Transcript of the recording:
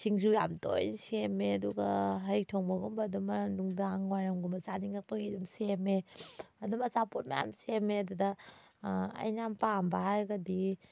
ꯁꯤꯡꯖꯨ ꯌꯥꯝ ꯇꯣꯏ ꯁꯦꯝꯃꯦ ꯑꯗꯨꯒ ꯍꯩ ꯊꯣꯡꯕꯒꯨꯝꯕ ꯑꯗꯨꯝꯃ ꯅꯨꯡꯗꯥꯡ ꯋꯥꯏꯔꯝꯒꯨꯝꯕ ꯆꯥꯅꯤꯡꯉꯛꯄꯒꯤ ꯑꯗꯨꯝ ꯁꯦꯝꯃꯦ ꯑꯗꯨꯝ ꯑꯆꯥꯄꯣꯠ ꯃꯌꯥꯝ ꯁꯦꯝꯃꯦ ꯑꯗꯨꯗ ꯑꯩꯅ ꯌꯥꯝ ꯄꯥꯝꯕ ꯍꯥꯏꯔꯒꯗꯤ